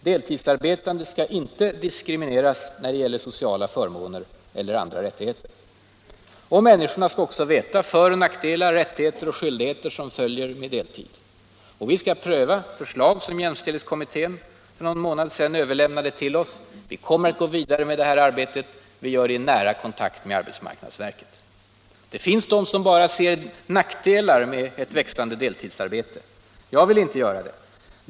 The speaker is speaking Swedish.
Deltidsarbetande skall inte diskrimineras när det gäller sociala förmåner eller andra rättigheter, och människorna skall också veta vilka för och nackdelar, rättigheter och skyldigheter som följer med deltiden. Vi skall pröva de förslag som jämställdhetskommittén överlämnade till oss. Vi kommer att gå vidare med det här arbetet, och vi gör det i nära kontakt med arbetsmarknadsverket. Det finns de som bara ser nackdelar med ett växande deltidsarbete. Jag vill inte göra det.